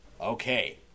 Okay